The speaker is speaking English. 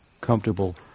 comfortable